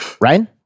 Ryan